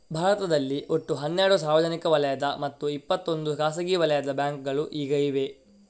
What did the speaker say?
ಭಾರತದಲ್ಲಿ ಒಟ್ಟು ಹನ್ನೆರಡು ಸಾರ್ವಜನಿಕ ವಲಯದ ಮತ್ತೆ ಇಪ್ಪತ್ತೊಂದು ಖಾಸಗಿ ವಲಯದ ಬ್ಯಾಂಕುಗಳು ಈಗ ಇವೆ